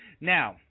now